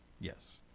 Yes